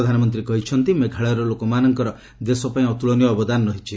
ପ୍ରଧାନମନ୍ତ୍ରୀ କହିଛନ୍ତି ମେଘାଳୟର ଲୋକମାନଙ୍କର ଦେଶ ପାଇଁ ଅତ୍କଳନୀୟ ଅବଦାନ ରହିଛି